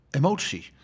emotie